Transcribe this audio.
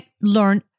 learn